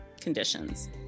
conditions